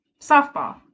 softball